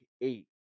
eight